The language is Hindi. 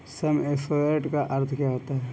सम एश्योर्ड का क्या अर्थ है?